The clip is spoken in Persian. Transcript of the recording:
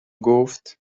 گفت